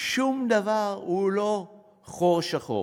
שום דבר הוא לא חור שחור.